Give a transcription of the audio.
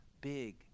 big